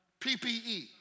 PPE